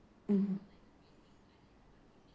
mm